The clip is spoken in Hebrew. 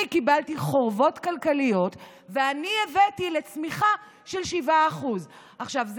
אני קיבלתי חורבות כלכליות ואני הבאתי לצמיחה של 7%. עכשיו,